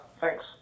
thanks